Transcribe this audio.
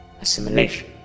Assimilation